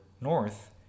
north